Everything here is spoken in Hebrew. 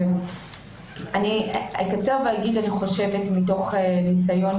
אני אקצר ואגיד שאני חושבת מתוך ניסיון,